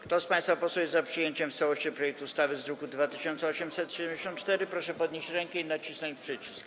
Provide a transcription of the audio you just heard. Kto z państwa posłów jest za przyjęciem w całości projektu ustawy z druku nr 2874, proszę podnieść rękę i nacisnąć przycisk.